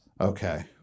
Okay